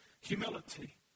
Humility